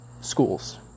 schools